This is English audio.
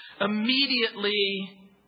immediately